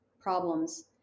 problems